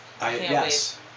Yes